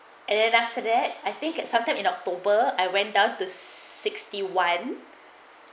and then after that I think sometime in october I went down to sixty one